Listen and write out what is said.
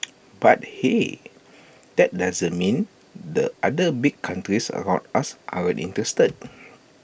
but hey that doesn't mean the other big countries around us aren't interested